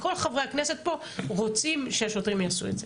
כל חברי הכנסת פה רוצים שהשוטרים יעשו את זה,